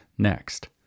Next